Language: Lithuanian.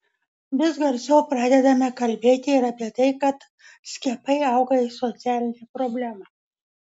vis garsiau pradedame kalbėti ir apie tai kad skiepai auga į socialinę problemą